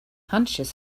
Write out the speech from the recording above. hunches